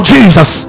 Jesus